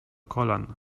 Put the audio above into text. kolan